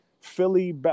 Philly